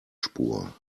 spur